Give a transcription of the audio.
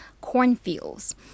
cornfields